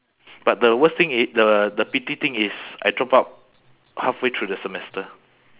but the worst thing i~ the the pity thing is I drop out halfway through the semester